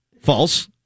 False